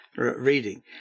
reading